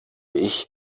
ich